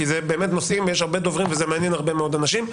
כי זה באמת הרבה נושאים ויש הרבה דוברים וזה מעניין הרבה מאוד אנשים.